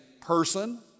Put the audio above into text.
person